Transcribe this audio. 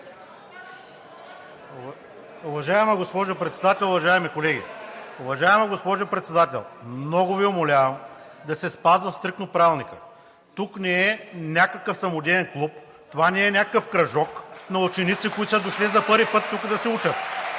Уважаема госпожо Председател, уважаеми колеги! Уважаема госпожо Председател, много Ви умолявам да се спазва стриктно Правилникът. Тук не е някакъв самодеен клуб, това не е някакъв кръжок на ученици, които са дошли за първи път тук да се учат.